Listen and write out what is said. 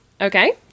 Okay